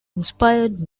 inspired